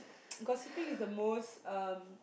gossiping is the most um